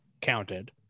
counted